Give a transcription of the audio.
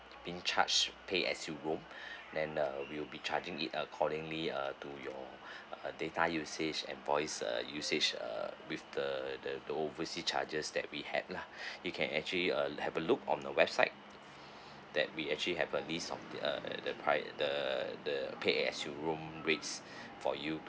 being charge pay as you roam then uh we'll be charging it accordingly uh to your uh data usage and voice uh usage uh with the the the oversea charges that we had lah you can actually uh have a look on the website that we actually have a list of uh the price the the pay as you roam rates for you to